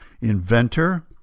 inventor